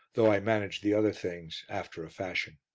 though i managed the other things after a fashion.